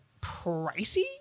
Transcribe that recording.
pricey